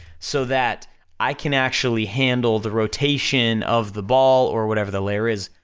so that i can actually handle the rotation of the ball, or whatever the layer is,